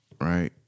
Right